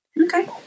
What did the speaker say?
Okay